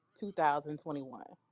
2021